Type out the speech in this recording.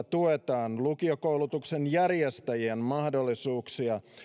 tuetaan lukiokoulutuksen järjestäjien mahdollisuuksia